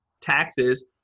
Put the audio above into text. taxes